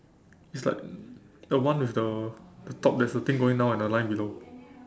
it's like a one with the a top there's a thing going down at the line below